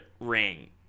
ring